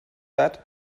that